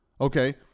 okay